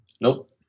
Nope